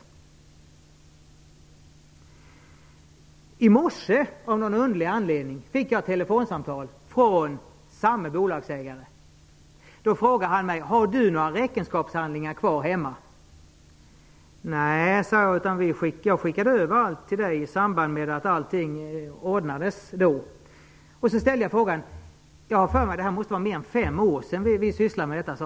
Men just i morse, av någon underlig anledning, fick jag telefonsamtal från bolagsägaren, som frågade mig om jag hade några räkenskapshandlingar kvar hemma. Jag svarade att jag hade skickat över allt till honom i samband med att allt annat ordnades upp. Jag sade också att det måste vara mer än fem år sedan som vi sysslade med detta.